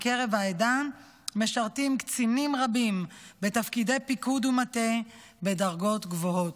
בקרב העדה משרתים קצינים רבים בתפקידי פיקוד ומטה בדרגות גבוהות.